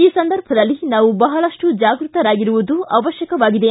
ಈ ಸಂದರ್ಭದಲ್ಲಿ ನಾವು ಬಹಳಷ್ಟು ಜಾಗೃತರಾಗಿರುವುದು ಅವಶ್ಯಕವಾಗಿದೆ